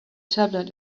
tablet